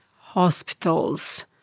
hospitals